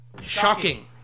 Shocking